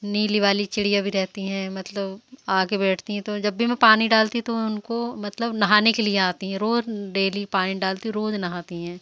नीली वाली चिड़िया भी रहती हैं मतलब आकर बैठती हैं तो जब भी मैं पानी डालती हूँ तो उनको मतलब नहाने के लिए आती हैं रोज़ डेली पानी डालती हूँ रोज़ नहाती हैं